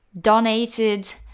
donated